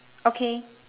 okay